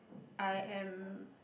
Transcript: I am